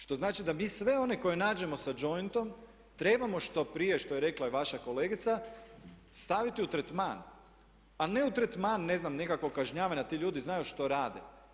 Što znači da mi sve one koje nađemo sa jointom trebamo što prije što je rekla i vaša kolegica staviti u tretman, a ne u tretman ne znam nekakvog kažnjavanja, ti ljudi znaju što rade.